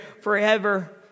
forever